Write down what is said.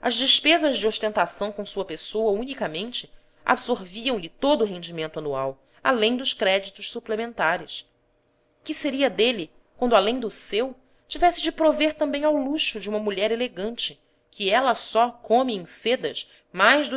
as despesas de ostentação com sua pessoa unicamente absorviam lhe todo o rendimento anual além dos créditos suplementares que seria dele quando além do seu tivesse de prover também ao luxo de uma mulher elegante que ela só come em sedas mais do